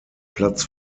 platz